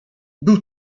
był